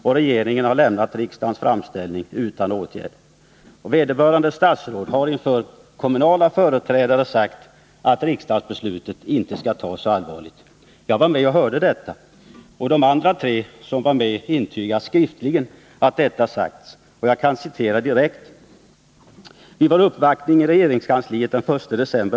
Men regeringen har lämnat riksdagens framställning utan åtgärd. Vederbörande statsråd har inför kommunens företrädare sagt att riksdagsbeslutet inte skall tas så allvarligt. Jag var med och hörde detta. De övriga tre som var med vid detta tillfälle intygade skriftligen att detta sagts. Jag citerar: ”Vid vår uppvaktning i regeringskansliet den 1 dec.